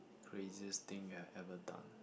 craziest thing you have ever done